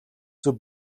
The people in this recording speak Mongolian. зөв